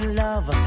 love